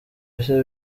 mbese